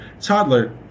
toddler